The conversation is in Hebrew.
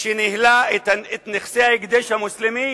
שניהלה את נכסי ההקדש המוסלמי